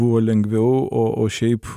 buvo lengviau o o šiaip